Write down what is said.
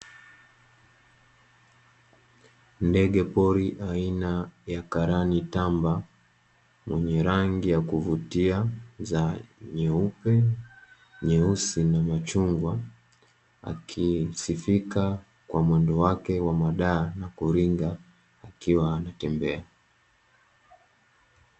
Ndege pori aina ya karanitamba mwenye rangi ya kuvuta za; nyeupe, nyeusi na machungwa akisifika kwa mwendo wake wa madaha na kuringa akiwa anatembea.